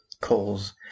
calls